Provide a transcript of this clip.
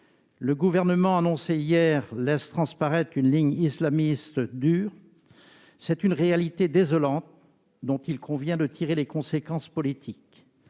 Le gouvernement annoncé hier laisse transparaître une ligne islamiste dure. C'est une réalité désolante, dont il convient de tirer les conséquences politiques.